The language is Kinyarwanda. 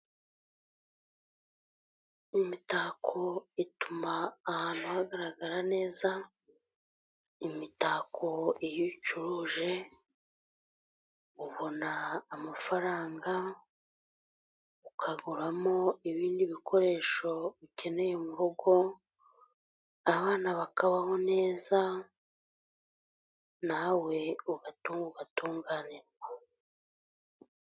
Imitako ituma ahantu hagaragara neza. Imitako iyo uyicuruje ubona amafaranga ukaguramo ibindi bikoresho ukeneye mu rugo, abana bakabaho neza, na we ugatunga ugatunganirwa.